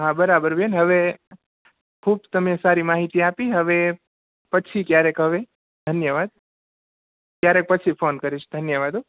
હા બરાબર બેન હવે ખૂબ તમે સારી માહિતી આપી હવે પછી ક્યારેક હવે ધન્યવાદ ક્યારેક પછી ફોન કરીશ ધન્યવાદ હો